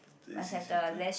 Teh-C Siew-Dai